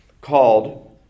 called